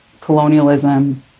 colonialism